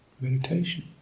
meditation